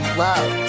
love